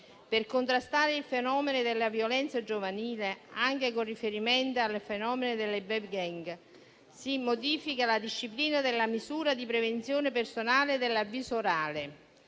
Per contrastare il fenomeno della violenza giovanile, anche con riferimento al fenomeno delle *baby gang*, si modifica la disciplina della misura di prevenzione personale dell'avviso orale.